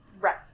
right